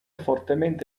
fortemente